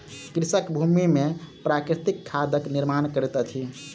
कृषक भूमि में प्राकृतिक खादक निर्माण करैत अछि